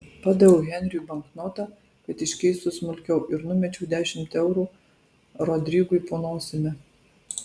padaviau henriui banknotą kad iškeistų smulkiau ir numečiau dešimt eurų rodrigui po nosimi